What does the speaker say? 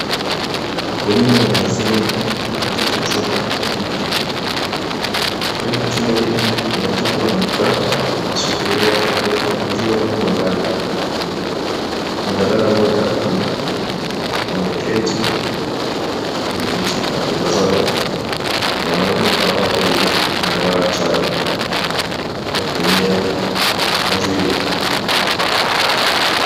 Wakulima wa maziwa wako katika chumba hiki. Ndani ya chumba hiki kuna jiko la makaa na sufuria ambayo maziwa imo ndani. Mwanadada mmoja ameketi kwenye kiti akitazama wanaume hawa wawili wakiandaa chai kwa kutumia maziwa.